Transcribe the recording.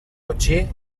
botxí